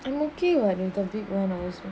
I'm okay [what]